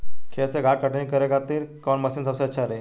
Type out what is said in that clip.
खेत से घास कटनी करे खातिर कौन मशीन सबसे अच्छा रही?